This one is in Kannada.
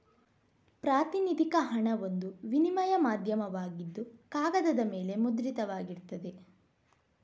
ಪ್ರಾತಿನಿಧಿಕ ಹಣ ಒಂದು ವಿನಿಮಯ ಮಾಧ್ಯಮವಾಗಿದ್ದು ಕಾಗದದ ಮೇಲೆ ಮುದ್ರಿತವಾಗಿರ್ತದೆ